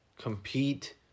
compete